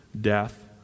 death